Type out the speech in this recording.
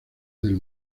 del